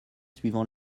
suivant